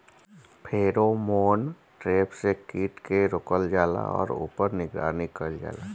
Pheromone trap से कीट के रोकल जाला और ऊपर निगरानी कइल जाला?